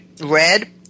red